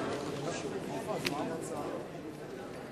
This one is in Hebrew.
תוצאות ההצבעה, הצעת